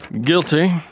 Guilty